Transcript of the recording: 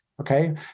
Okay